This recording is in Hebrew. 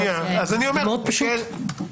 זה מאוד פשוט.